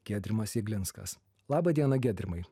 giedrimas jeglinskas labą dieną giedrimai